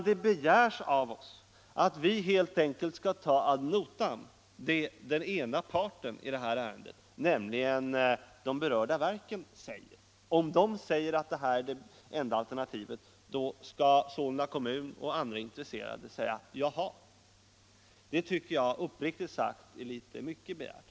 Det begärs av oss att vi helt enkelt skall ta ad notam vad den ena parten i detta ärende — de berörda verken — säger. Om dessa verk anser att placeringen på Järva är det enda alternativet är det tydligen meningen att Solna kommun och andra intresserade utan vidare skall acceptera detta. Jag tycker uppriktigt sagt att detta är mycket begärt.